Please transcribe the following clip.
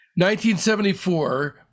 1974